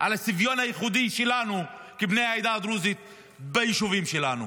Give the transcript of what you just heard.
על הצביון הייחודי שלנו כבני העדה הדרוזית ביישובים שלנו.